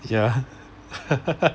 ya